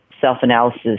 self-analysis